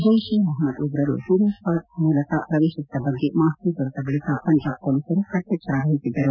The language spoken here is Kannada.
ಜೈಷೆ ಎ ಮೊಹಮ್ದದ್ ಉಗ್ರರು ಫೀರೋಜಾಪುರ್ ಮೂಲಕ ಪ್ರವೇಶಿಸಿದ ಬಗ್ಗೆ ಮಾಹಿತಿ ದೊರೆತ ಬಳಿಕ ಪಂಜಾಬ್ ಪೊಲೀಸರು ಕಟ್ಟೆಚ್ಚರ ವಹಿಸಿದ್ದರು